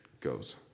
goes